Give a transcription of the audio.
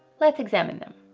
let's examine them.